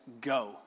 go